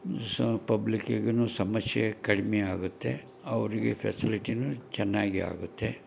ಪಬ್ಲಿಕ್ಕಿಗುನೂ ಸಮಸ್ಯೆ ಕಡಿಮೆ ಆಗುತ್ತೆ ಅವರಿಗೆ ಫೆಸಿಲಿಟಿನು ಚೆನ್ನಾಗಿ ಆಗುತ್ತೆ